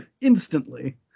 Instantly